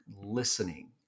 listening